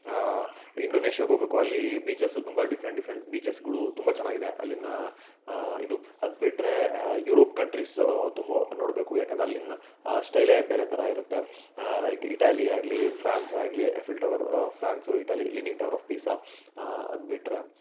ಇಂಡೋನೇಷ್ಯಾಗೆ ಹೋಗ್ಬೇಕು ಅಲ್ಲಿ ಈ ಬೀಚಸ್ಸು ತುಂಬ ಡಿಫ್ರೆನ್ ಡಿಫ್ರೆಂಟ್ ಬೀಚಸ್ಗಳು ತುಂಬ ಚೆನ್ನಾಗಿದೆ ಅಲ್ಲಿನ ಇದು ಅದ್ಬಿಟ್ಟರೆ ಯೂರೋಪ್ ಕಂಟ್ರೀಸ್ ತುಂಬ ನೋಡಬೇಕು ಯಾಕಂದ್ರೆ ಅಲ್ಲಿನ ಆ ಸ್ಟೈಲೇ ಬೇರೆ ಥರ ಇರುತ್ತೆ ಲೈಕ್ ಇಟಲಿ ಆಗಲಿ ಫ್ರಾನ್ಸ್ ಆಗಲಿ Eiffel tower France Italy leaning tower Pisa ಅದ್ಬಿಟ್ಟರೆ